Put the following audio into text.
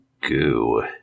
goo